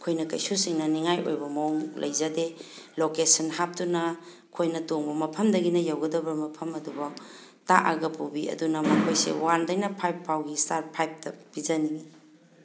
ꯑꯩꯈꯣꯏꯅ ꯀꯩꯁꯨ ꯆꯤꯡꯅꯅꯤꯡꯉꯥꯏ ꯑꯣꯏꯕ ꯃꯑꯣꯡ ꯂꯩꯖꯗꯦ ꯂꯣꯀꯦꯁꯟ ꯍꯥꯞꯇꯨꯅ ꯑꯩꯈꯣꯏꯅ ꯇꯣꯡꯕ ꯃꯐꯝꯗꯒꯤꯅ ꯌꯧꯒꯗꯕ ꯃꯐꯝ ꯑꯗꯨꯐꯥꯎ ꯇꯥꯛꯑꯒ ꯄꯨꯕꯤ ꯑꯗꯨꯅ ꯃꯈꯣꯏꯁꯦ ꯋꯥꯟꯗꯩꯅ ꯐꯥꯏꯕ ꯐꯥꯎꯒꯤ ꯏꯁꯇꯥꯔ ꯐꯥꯏꯕꯇ ꯄꯤꯖꯅꯤꯡꯉꯤ